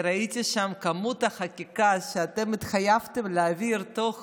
אני ראיתי שם את כמות החקיקה שאתם התחייבתם להעביר בתוך